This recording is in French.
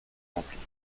remplies